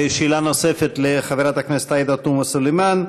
שאלה נוספת לחברת הכנסת עאידה תומא סלימאן,